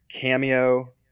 Cameo